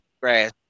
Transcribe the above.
grass